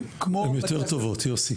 הן יותר טובות, יוסי.